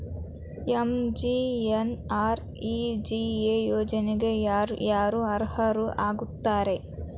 MGNREGA ಯೋಜನೆಗೆ ಯಾರ ಯಾರು ಅರ್ಹರು ಆಗ್ತಾರ?